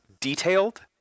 detailed